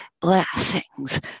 blessings